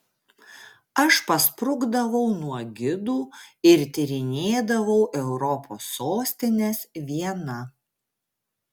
aš pasprukdavau nuo gidų ir tyrinėdavau europos sostines viena